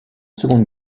seconde